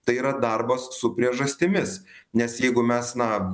tai yra darbas su priežastimis nes jeigu mes na